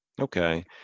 Okay